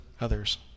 others